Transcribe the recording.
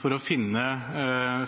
for å finne